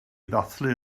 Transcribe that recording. ddathlu